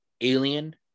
alien